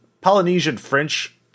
Polynesian-French